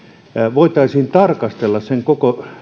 voitaisiin tarkastella yhdessä koko